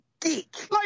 geek